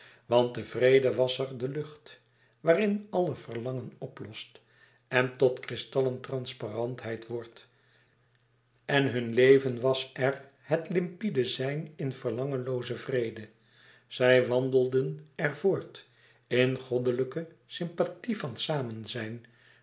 want de vrede was er de lucht waarin alle verlangen oplost en tot kristallen transparantheid wordt en hun leven was er het limpide zijn in verlangenloozen vrede zij wandelden er voort in goddelijke sympathie van